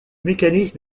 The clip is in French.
mécanisme